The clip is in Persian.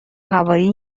هوایی